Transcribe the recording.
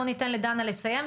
בואו ניתן לדנה לסכם,